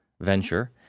venture